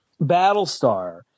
Battlestar